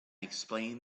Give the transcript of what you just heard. explained